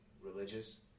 religious